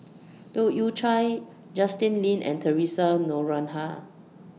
Leu Yew Chye Justin Lean and Theresa Noronha